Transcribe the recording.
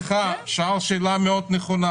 סליחה, הוא שאל שאלה מאוד נכונה